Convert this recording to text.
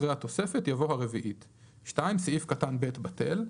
אחרי "התוספת" יבוא "הרביעית"; (2)סעיף קטן (ב) בטל."